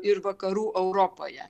ir vakarų europoje